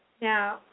Now